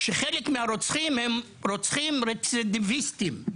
שחלק מהרוצחים הם רוצחים רצידיוויסטים,